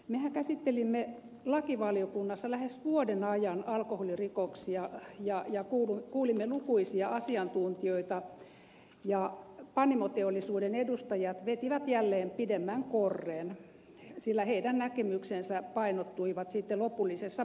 mehän käsittelimme lakivaliokunnassa lähes vuoden ajan alkoholirikoksia ja kuulimme lukuisia asiantuntijoita ja panimoteollisuuden edustajat vetivät jälleen pidemmän korren sillä heidän näkemyksensä painottuivat sitten lopullisessa päätöksenteossa